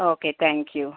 okay thank you